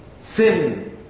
sin